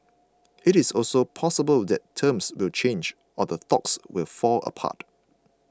it is also possible that terms will change or the talks will fall apart